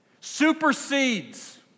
supersedes